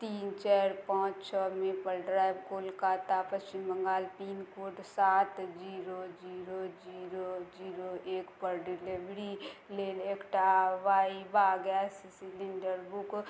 तीन चारि पाँच छओ maple drive Kolkata Paschim Bangal pincode सात जीरो जीरो जीरो जीरो एकपर डिलेवरी लेल एकटा वाइवा गैस सिलिण्डर बुक